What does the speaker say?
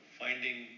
finding